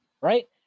right